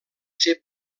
ser